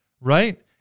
right